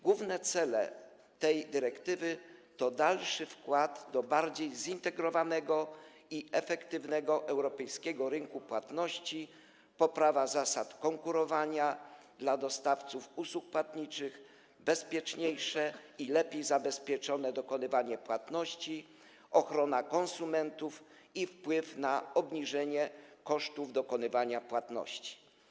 Główne cele tej dyrektywy to dalszy wkład w bardziej zintegrowany i efektywny europejski rynek płatności, poprawa zasad konkurowania dla dostawców usług płatniczych, bezpieczniejsze i lepiej zabezpieczone dokonywanie płatności, ochrona konsumentów i wpływ na obniżenie kosztów dokonywania płatności.